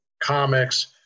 comics